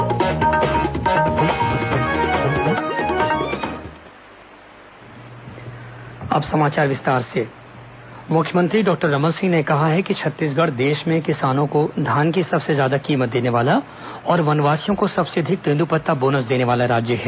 अटल विकास यात्रा मुख्यमंत्री डॉक्टर रमन सिंह ने कहा है कि छत्तीसगढ़ देश में किसानों को धान की सबसे ज्यादा कीमत देने वाला और वनवासियों को सबसे अधिक तेन्द्रपत्ता बोनस देने वाला राज्य है